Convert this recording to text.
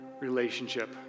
relationship